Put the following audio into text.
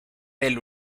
del